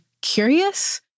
curious